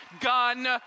gun